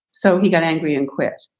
so he got angry and quit.